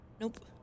Nope